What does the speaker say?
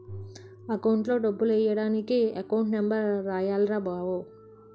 అకౌంట్లో డబ్బులెయ్యడానికి account number రాయాల్రా బావో